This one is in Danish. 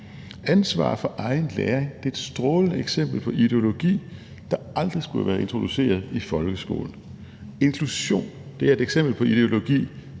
Ansvar for egen læring er et strålende eksempel på ideologi, der aldrig skulle have været introduceret i folkeskolen. Inklusion er et eksempel på ideologi,